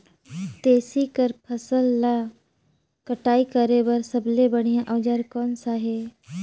तेसी के फसल ला कटाई करे बार सबले बढ़िया औजार कोन सा हे?